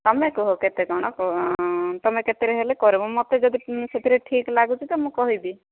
ତମେ କୁହ କେତେ କ'ଣ ତମେ କେତେରେ ହେଲେ କରିବ ମୋତେ ଯଦି ସେଥିରେ ଠିକ୍ ଲାଗୁଛି ତ ମୁଁ କହିବି